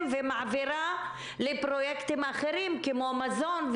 ומעבירה לפרויקטים אחרים כמו מזון.